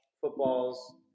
footballs